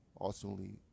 ultimately